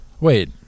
Wait